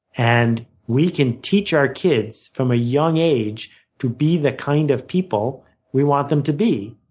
and we can teach our kids from a young age to be the kind of people we want them to be.